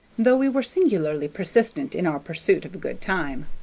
though we were singularly persistent in our pursuit of a good time.